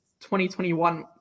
2021